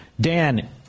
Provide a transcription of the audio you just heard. Dan